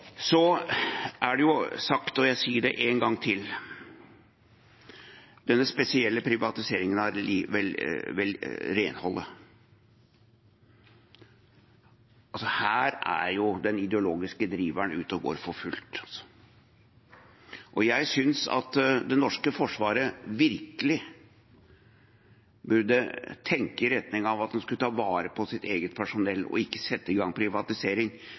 Så er det nevnt, og jeg sier det en gang til, denne spesielle privatiseringen av renholdet. Her er jo den ideologiske driveren ute og går for fullt. Jeg synes at det norske forsvaret virkelig burde tenke i retning av at man skulle ta vare på sitt eget personell, og ikke sette i gang privatisering,